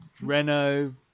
Renault